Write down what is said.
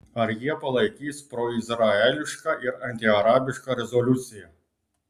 ar jie palaikys proizraelišką ir antiarabišką rezoliuciją